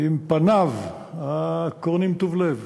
עם פניו הקורנים טוב לב,